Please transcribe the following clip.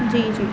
جی جی